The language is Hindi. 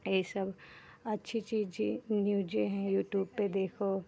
ये सब अच्छी चीज़ें न्यूज़ें हैं यूट्यूब पे देखो